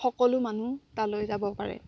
সকলো মানুহ তালৈ যাব পাৰে